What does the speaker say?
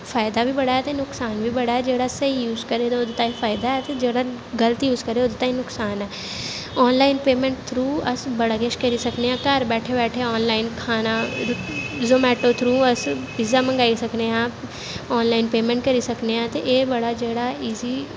फायदा बी बड़ा ऐ ते नुकसान बी बड़ा ऐ जेह्ड़े स्हेई यूज करे ते ओह्दे ताईं फायदा ऐ ते जेह्ड़ा गलत यूज करा ओह्दे ताईं नुकसान ऐ आनलाइन पेमैंट थ्रू अस बड़ा किश करी सकने आं घर बैठे बैठे आनलाइन खाना जोमैटो थ्रू अस पिज्जा मंगाई सकने आं आनलाइन पेमैंट करी सकने आं ते एह् बड़ा जेह्ड़ा ईज़ी